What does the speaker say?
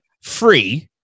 free